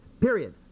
period